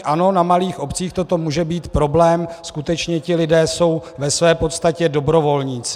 Ano, na malých obcích toto může být problém, skutečně ti lidé jsou ve své podstatě dobrovolníci.